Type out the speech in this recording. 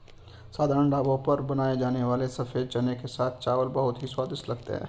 साधारण ढाबों पर बनाए जाने वाले सफेद चने के साथ चावल बहुत ही स्वादिष्ट लगते हैं